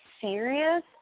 serious